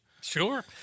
Sure